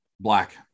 Black